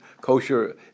kosher